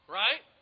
right